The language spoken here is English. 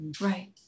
right